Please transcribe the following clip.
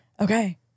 Okay